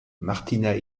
martina